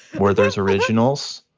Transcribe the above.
werther's originals,